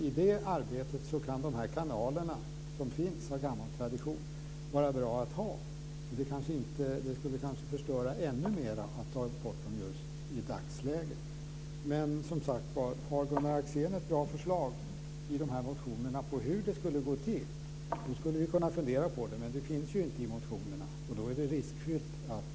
I det arbetet kan de kanaler som finns av gammal tradition vara bra att ha, så det skulle kanske förstöra ännu mer att ta bort dem just i dagsläget. Men, som sagt var, har Gunnar Axén ett bra förslag i de här motionerna på hur det skulle gå till, skulle vi kunna fundera på det. Men det finns ju inte i motionerna, och då är det riskfyllt att gå med på det.